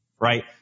right